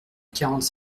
quarante